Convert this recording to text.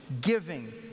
giving